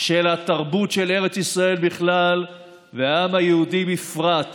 של התרבות של ארץ ישראל בכלל והעם היהודי בפרט